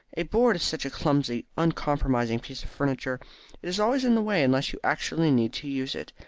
a board is such a clumsy uncompromising piece of furniture. it is always in the way unless you actually need to use it.